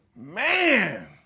Man